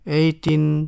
eighteen